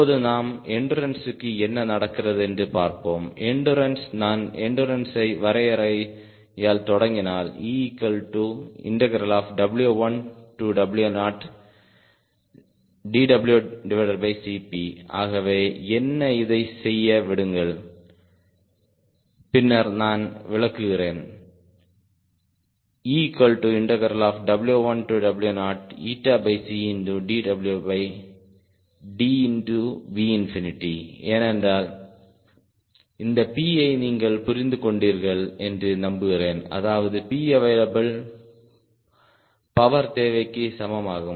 இப்பொழுது நாம் எண்டுறன்ஸ்க்கு என்ன நடக்கிறது என்று பார்ப்போம் எண்டுறன்ஸ் நான் எண்டுறன்ஸை வரையறையால் தொடங்கினால் EW1W0dWCP ஆகவே என்ன இதை செய்ய விடுங்கள் பின்னர் நான் விளக்குகிறேன் EW1W0 ஏனென்றால் இந்த P யை நீங்கள் புரிந்து கொண்டீர்கள் என்று நம்புகிறேன்அதாவது P அவைலபிள் பவர் தேவைக்கு சமமாகும்